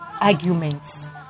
arguments